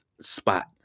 spot